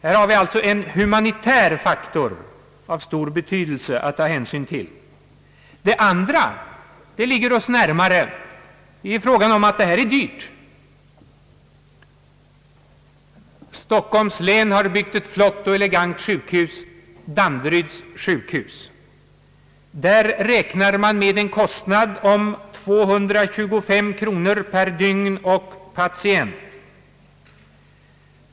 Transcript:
Här har vi alltså en humanitär faktor av stor betydelse att ta hänsyn till. En annan sak, som kanske ligger oss närmare, är att detta är dyrt. Stockholms län har byggt ett flott och elegant sjukhus, Danderyds sjukhus, där man räknar med en kostnad av 225 kronor per dygn och patient.